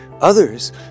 Others